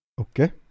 Okay